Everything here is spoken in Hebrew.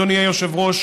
אדוני היושב-ראש,